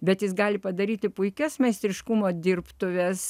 bet jis gali padaryti puikias meistriškumo dirbtuves